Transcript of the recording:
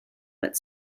but